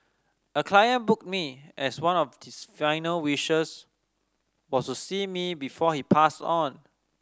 a client booked me as one of his final wishes was to see me before he passed on